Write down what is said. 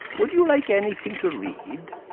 would you like anything to read?